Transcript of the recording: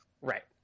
Right